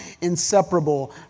inseparable